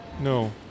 no